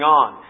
on